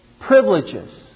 privileges